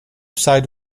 side